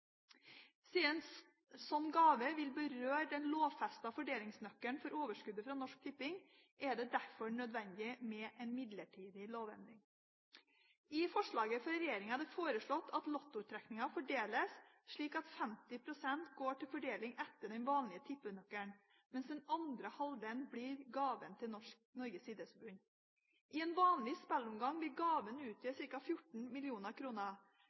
Siden en slik gave vil berøre den lovfestede fordelingsnøkkelen for overskuddet fra Norsk Tipping, er det nødvendig med en midlertidig lovendring. I forslaget fra regjeringen er det foreslått at lottotrekningen fordeles slik at 50 pst. går til fordeling etter den vanlige tippenøkkelen, mens den andre halvdelen blir gaven til Norges idrettsforbund. I en vanlig spilleomgang vil gaven utgjøre ca. 14